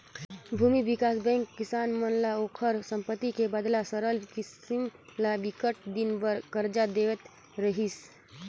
भूमि बिकास बेंक ह किसान मन ल ओखर संपत्ति के बदला सरल किसम ले बिकट दिन बर करजा देवत रिहिस